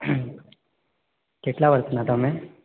હં કેટલા વર્ષના તમે